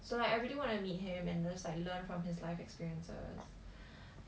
so like I really wanna meet him and just like learn from his life experiences